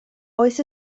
oes